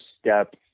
step